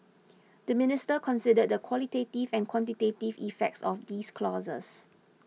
the Minister considered the qualitative and quantitative effects of these clauses